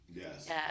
yes